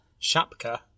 Shapka